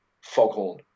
foghorn